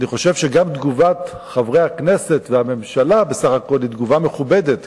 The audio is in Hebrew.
אני חושב שגם תגובת חברי הכנסת והממשלה היא תגובה מכובדת,